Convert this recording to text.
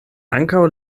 ankaŭ